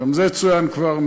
גם זה צוין כבר,